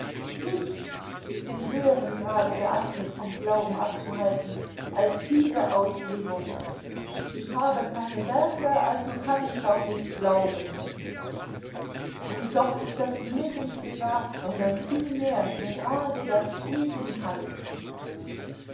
nichts ist in höherem grade geeignet vom glauben abzuhalten als diese auslegung ich habe keine werke also kann ich auch nicht glauben und doch ist das nirgends gesagt sondern vielmehr gerade das gegenteil